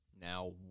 Now